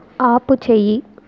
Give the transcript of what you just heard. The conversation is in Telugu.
ఆపుచేయి